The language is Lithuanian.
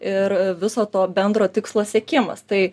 ir viso to bendro tikslo siekimas tai